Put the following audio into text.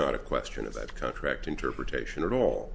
not a question of that contract interpretation at all